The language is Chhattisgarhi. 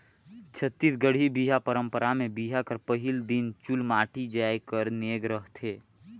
छत्तीसगढ़ी बिहा पंरपरा मे बिहा कर पहिल दिन चुलमाटी जाए कर नेग रहथे